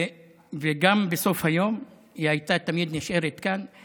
וגם בסוף היום היא הייתה תמיד נשארת כאן.